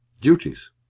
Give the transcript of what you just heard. duties